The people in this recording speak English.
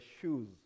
shoes